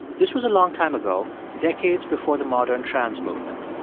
this was a long time ago, decades before the modern trans movement.